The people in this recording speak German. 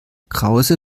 krause